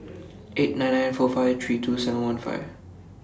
eight nine nine four five three two seven one five